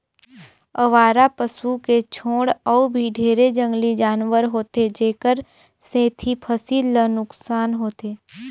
अवारा पसू के छोड़ अउ भी ढेरे जंगली जानवर होथे जेखर सेंथी फसिल ल नुकसान होथे